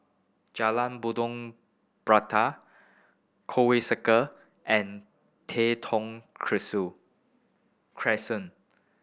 Jalan Buloh Perindu Conway Circle and Tai Thong Crescent